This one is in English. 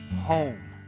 home